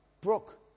Brooke